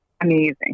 amazing